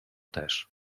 też